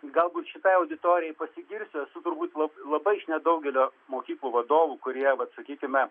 galbūt šitai auditorijai pasigirsiu esu turbūt lab labai iš nedaugelio mokyklų vadovų kurie vat sakykime